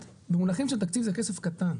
במונחים של תקציב זה כסף קטן.